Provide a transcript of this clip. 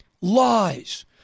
Lies